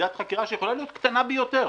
יחידת חקירה, שיכולה להיות קטנה ביותר